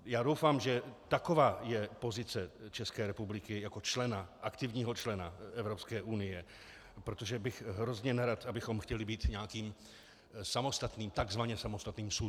Já doufám, že taková je pozice České republiky jako aktivního člena Evropské unie, protože bych hrozně nerad, abychom chtěli být nějakým samostatným, takzvaně samostatným sultanátem.